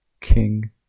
King